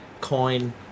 coin